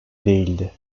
değildi